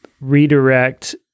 redirect